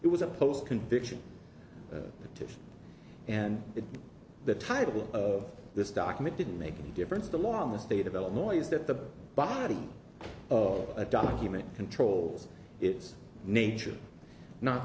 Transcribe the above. it was a post conviction petition and the title of this document didn't make any difference the law in the state of illinois is that the body of a document controls its nature n